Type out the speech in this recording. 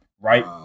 right